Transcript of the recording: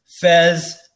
Fez